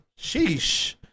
sheesh